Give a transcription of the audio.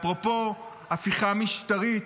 אפרופו הפיכה משטרית,